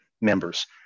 members